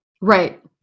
Right